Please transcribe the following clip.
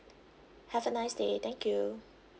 have a nice day thank you